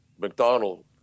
McDonald